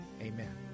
Amen